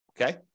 okay